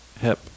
hip